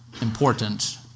important